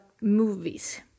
movies